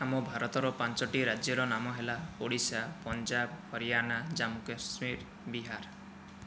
ଆମ ଭାରତର ପାଞ୍ଚଟି ରାଜ୍ୟର ନାମ ହେଲା ଓଡ଼ିଶା ପଞ୍ଜାବ ହରିୟାଣା ଜାମ୍ମୁକାଶ୍ମୀର ବିହାର